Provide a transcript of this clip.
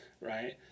right